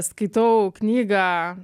skaitau knygą